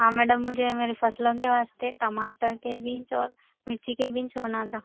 ہاں میڈم مجھے میری فصلوں کے واسطے ٹماٹر کے بیج اور مرچی کے بیج بونا تھا